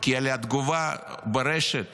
כי על תגובה ברשת